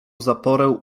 zaporę